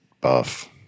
buff